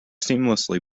seamlessly